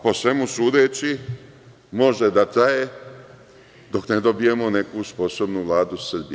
Po svemu sudeći, može da traje dok ne dobijemo neku sposobnu Vladu Srbije.